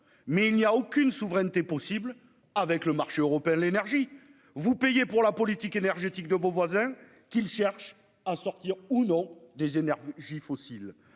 mais il n'y a aucune souveraineté possible avec le marché européen de l'énergie ! Vous payez pour la politique énergétique de vos voisins, que ces derniers cherchent ou non à sortir des énergies fossiles.